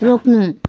रोक्नु